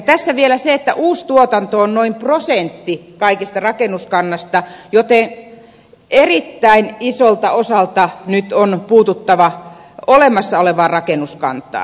tässä on vielä se että uustuotanto on noin prosentti kaikesta rakennuskannasta joten erittäin isolta osalta nyt on puututtava olemassa olevaan rakennuskantaan